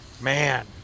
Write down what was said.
man